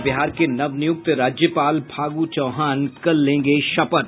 और बिहार के नव नियुक्त राज्यपाल फागु चौहान कल लेंगे शपथ